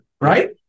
right